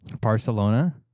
Barcelona